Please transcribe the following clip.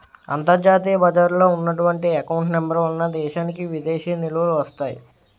అంతర్జాతీయ బజారులో ఉన్నటువంటి ఎకౌంట్ నెంబర్ వలన దేశానికి విదేశీ నిలువలు వస్తాయి